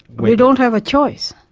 we don't have a choice.